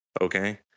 Okay